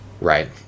right